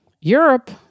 Europe